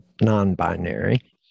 non-binary